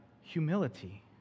humility